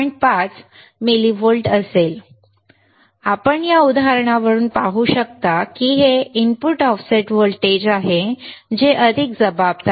5 millivolts असेल आपण या उदाहरणावरून पाहू शकता की हे इनपुट ऑफसेट व्होल्टेज आहे जे अधिक जबाबदार आहे